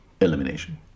elimination